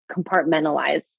compartmentalize